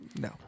no